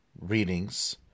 readings